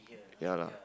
ya lah